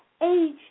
age